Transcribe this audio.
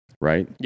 right